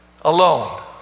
alone